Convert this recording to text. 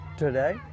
today